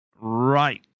right